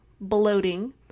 bloating